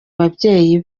ababyeyi